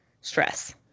stress